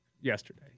yesterday